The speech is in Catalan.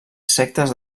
sectes